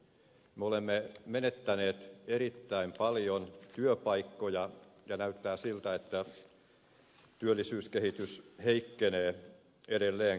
me olemme menettäneet erittäin paljon työpaikkoja ja näyttää siltä että työllisyyskehitys heikkenee edelleenkin